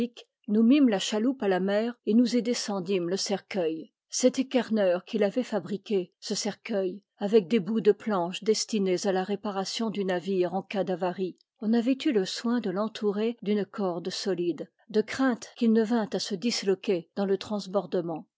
nous mîmes la chaloupe à la mer et nous y descendîmes le cercueil c'était kerneur qui l'avait fabriqué ce cercueil avec des bouts de planches destinés à la réparation du navire en cas d'avaries on avait eu le soin de l'entourer d'une corde solide de crainte qu'il ne vînt à se disloquer dans le transbordement